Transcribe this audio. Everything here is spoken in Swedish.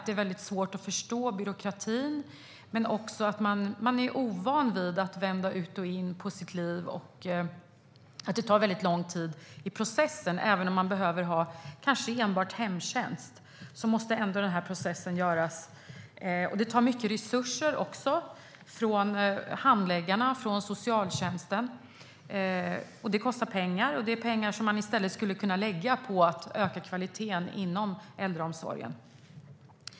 Det är svårt att förstå byråkratin. Man är ovan vid att vända ut och in på sitt liv, och processen tar väldigt lång tid. Även om man kanske enbart behöver ha hemtjänst måste det vara den här processen. Det tar också mycket resurser från handläggarna och från socialtjänsten, och det kostar pengar. Det är pengar som i stället skulle kunna läggas på att öka kvaliteten inom äldreomsorgen.